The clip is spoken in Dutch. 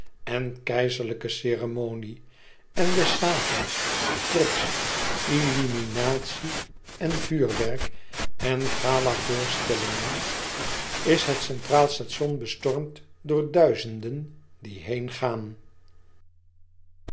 en keizerlijke ceremonie en des avonds trots illuminatie en vuurwerk en gala voorstellingen is het centraal station bestormd door duizenden die